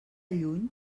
lluny